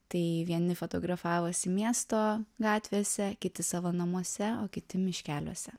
tai vieni fotografavosi miesto gatvėse kiti savo namuose o kiti miškeliuose